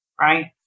right